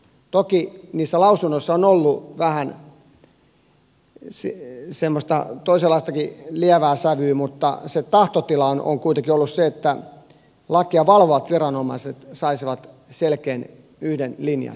toki niissä lausunnoissa on ollut vähän semmoista toisenlaistakin lievää sävyä mutta se tahtotila on kuitenkin ollut se että lakia valvovat viranomaiset saisivat selkeän yhden linjan